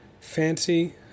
Fancy